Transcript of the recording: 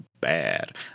bad